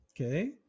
okay